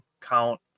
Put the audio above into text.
count